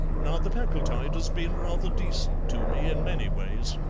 now the packletide has been rather decent to me in many ways,